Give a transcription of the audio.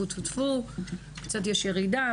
יש קצת ירידה,